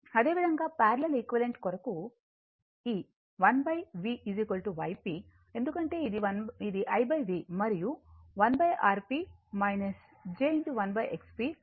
అదేవిధంగా parallel equivalent కొరకు I V Yp ఎందుకంటే ఇది I V మరియు 1Rp j 1XP g jb